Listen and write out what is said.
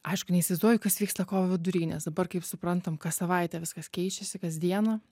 aišku neįsivaizduoju kas vyksta kovo vidury nes dabar kaip suprantam kas savaitę viskas keičiasi kasdieną